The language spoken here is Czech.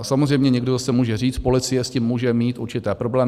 Samozřejmě někdo zase může říct: policie s tím může mít určité problémy.